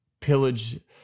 pillage